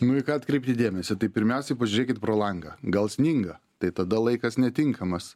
nu į ką atkreipti dėmesį tai pirmiausiai pažiūrėkit pro langą gal sninga tai tada laikas netinkamas